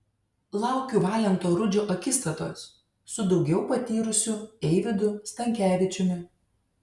laukiu valento rudžio akistatos su daugiau patyrusiu eivydu stankevičiumi